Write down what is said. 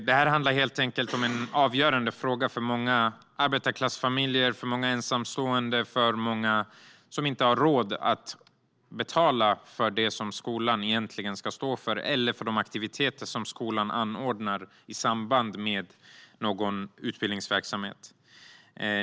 Detta är en avgörande fråga för många arbetarklassfamiljer och ensamstående, som inte har råd att betala för det som skolan egentligen ska stå för eller för de aktiviteter som skolan anordnar i samband med någon utbildningsverksamhet.